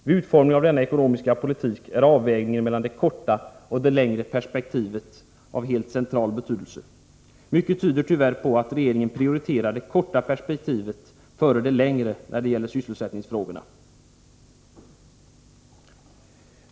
Vid utformningen av denna ekonomiska politik är avvägningen mellan det korta och det längre perspektivet av helt central betydelse. Mycket tyder tyvärr på att regeringen prioriterar det korta perspektivet före det längre när det gäller sysselsättningsfrågorna.